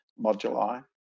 moduli